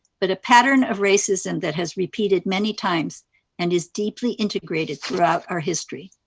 but a pattern of racism that has repeated many times and is deeply integrated throughout our history.